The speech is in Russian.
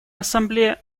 ассамблея